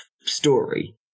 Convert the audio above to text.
story